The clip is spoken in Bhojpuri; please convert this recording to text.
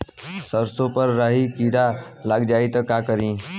सरसो पर राही किरा लाग जाई त का करी?